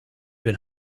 been